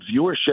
viewership